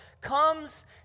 comes